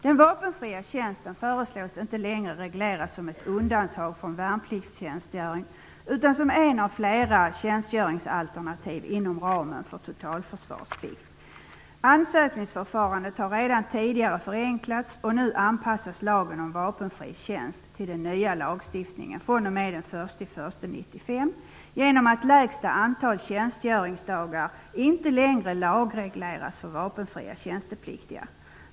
Den vapenfria tjänsten föreslås inte längre regleras som ett undantag från värnpliktstjänstgöring utan som ett av flera tjänstgöringsalternativ inom ramen för totalförsvaret. Ansökningsförfarandet har redan tidigare förenklats, och nu anpassas lagen om vapenfri tjänst till den nya lagstiftningen fr.o.m. den 1 januari 1995 genom att lägsta antal tjänstgöringsdagar inte längre lagregleras för vapenfria tjänstepliktiga.